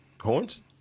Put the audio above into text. Horns